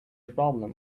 problem